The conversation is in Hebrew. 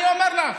אני אומר לך: